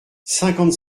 cinquante